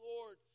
Lord